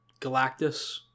Galactus